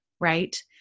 right